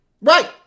Right